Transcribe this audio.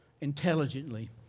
intelligently